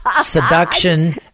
seduction